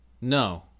No